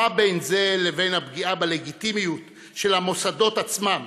מה בין זה ובין הפגיעה בלגיטימיות של המוסדות עצמם?